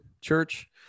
church